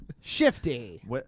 Shifty